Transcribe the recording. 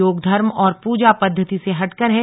योग धर्म और पूजा पद्धति से हटकर है